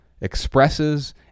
expresses